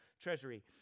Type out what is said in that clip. treasury